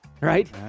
right